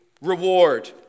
Reward